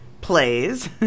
plays